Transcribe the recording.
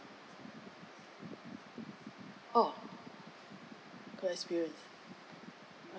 orh good experience